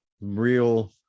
real